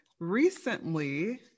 Recently